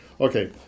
Okay